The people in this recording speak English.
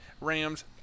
Rams